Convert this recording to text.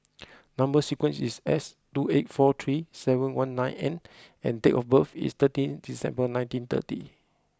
number sequence is S two eight four three seven one nine N and date of birth is thirteen December nintyeen thirty